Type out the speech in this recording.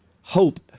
hope